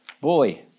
Boy